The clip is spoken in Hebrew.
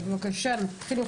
אז בבקשה תתחילו,